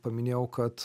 paminėjau kad